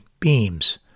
Beams